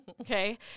Okay